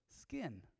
Skin